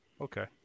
Okay